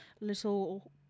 little